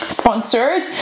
Sponsored